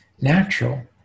natural